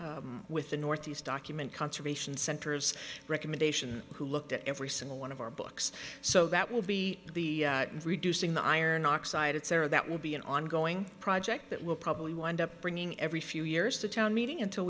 restore with the northeast document conservation center's recommendation who looked at every single one of our books so that will be the reducing the iron oxides there that will be an ongoing project that will probably wind up bringing every few years to town meeting until